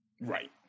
Right